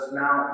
now